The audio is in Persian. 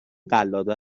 قلاده